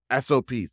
SOPs